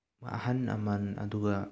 ꯑꯍꯜ ꯂꯃꯟ ꯑꯗꯨꯒ